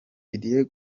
didier